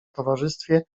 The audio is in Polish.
towarzystwie